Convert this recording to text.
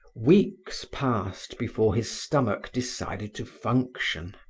weeks passed before his stomach decided to function.